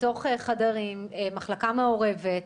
בתוך חדרים, במחלקה מעורבת.